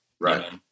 right